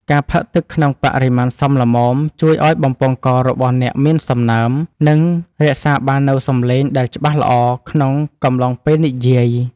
ការផឹកទឹកក្នុងបរិមាណសមល្មម ជួយឱ្យបំពង់ករបស់អ្នកមានសំណើម និងរក្សាបាននូវសំឡេងដែលច្បាស់ល្អក្នុងកំឡុងពេលនិយាយ។